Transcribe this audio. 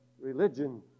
religion